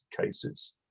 cases